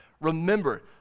Remember